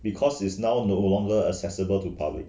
because is now no longer accessible to public